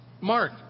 mark